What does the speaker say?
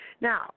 Now